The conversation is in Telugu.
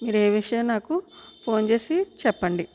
మీరు ఏ విషయం నాకు ఫోన్ చేసి చెప్పండి